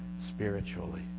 spiritually